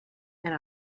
and